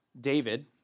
David